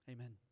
Amen